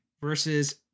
versus